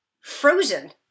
frozen